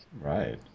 Right